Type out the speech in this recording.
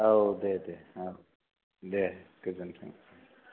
औ दे दे औ दे गोजोन्थों